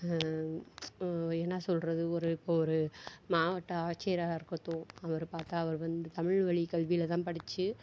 என்ன சொல்வது ஒரு இப்போது ஒரு மாவட்ட ஆட்சியராக இருக்கட்டும் அவரை பார்த்தா அவர் வந்து தமிழ் வழி கல்வியில் தான் படித்து